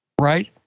right